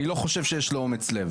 אני לא חושב שיש לו אומץ לב.